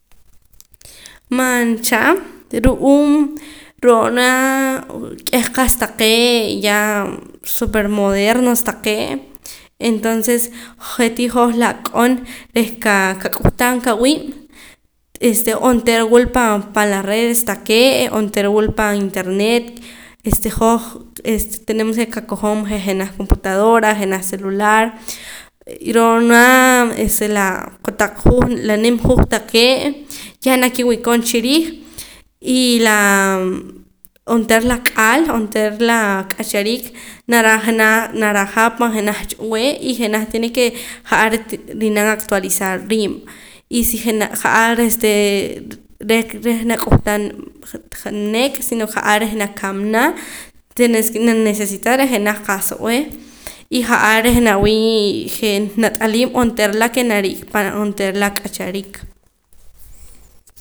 Mancha ru'uum ro'na k'eh qa'sa taqee' ya súper modernos taqee' entonces je'tii hoj la ak'on reh qa qak'uhtaam awiib' este onteera wula pan pan la redes taqee' onteera wula pan internet este hoj este tenemos ke qakojom je' jenaj computadora jenaj celular y ro'na este la kotaq juuj la nim juuj taqee' ya nakiwii' koon chiriij y laa onteera la k'ahl onteera la k'achariik nara naraja pan jenaj b'ee y jenaj tiene ke ja'ar ri'nam actualizar riib' y si jenaj ja'ar este reh reh nak'uhtaam jat nek' sino ja'ar reh nakamana tenés ke necesitar reh jenaj qa'sa b'eh y ja'ar reh nawii' je' nat'aliim onteera la ke nariik'a pan onteera la k'achariik